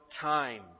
time